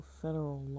federal